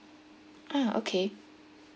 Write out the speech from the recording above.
ah okay